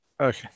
Okay